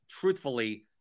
truthfully